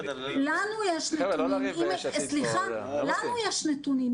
לנו יש נתונים.